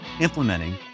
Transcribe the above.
implementing